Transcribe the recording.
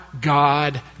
God